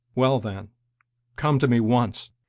well, then come to me once,